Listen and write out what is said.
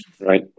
Right